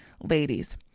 Ladies